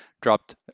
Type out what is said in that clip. dropped